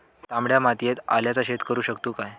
तामड्या मातयेत आल्याचा शेत करु शकतू काय?